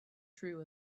true